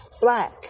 black